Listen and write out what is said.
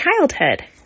childhood